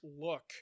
look